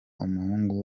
umuhungu